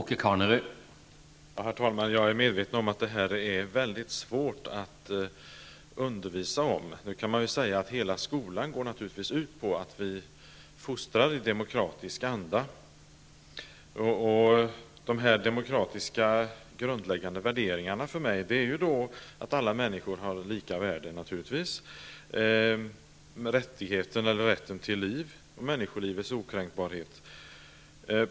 Herr talman! Jag är medveten om att detta är mycket svårt att undervisa om. Man kan i och för sig säga att hela skolan går ut på att vi fostrar barnen och ungdomarna i demokratisk anda. De grundläggande demokratiska värderingarna är som jag ser det naturligvis alla människors lika värde, rätten till liv och människolivets okränkbarhet.